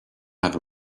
have